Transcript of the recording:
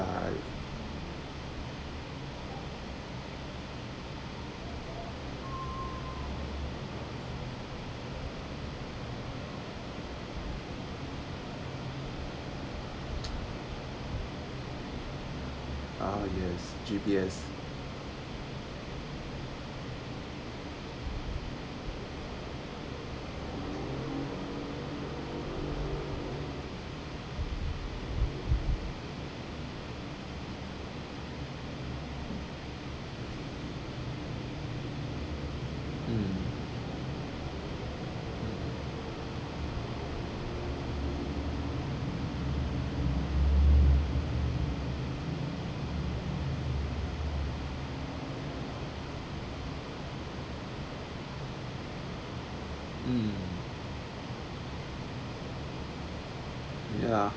ah yes G_P_S mm mm ya